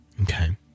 okay